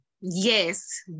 Yes